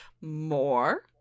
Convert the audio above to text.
More